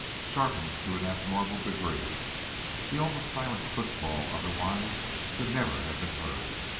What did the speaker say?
sharpened to an abnormal degree the almost silent footfall otherwise could never have been heard.